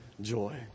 joy